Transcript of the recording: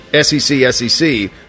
SEC-SEC